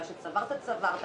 מה שצברת צברת.